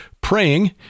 praying